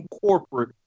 corporate